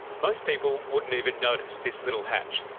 most people wouldn't even notice this little hatch.